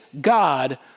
God